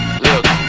look